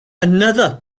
another